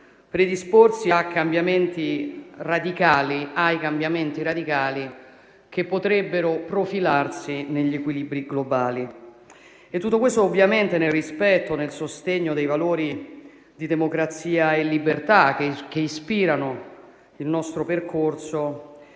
predisporsi ai cambiamenti radicali che potrebbero profilarsi negli equilibri globali. Tutto questo ovviamente nel rispetto e nel sostegno dei valori di democrazia e libertà che ispirano il nostro percorso,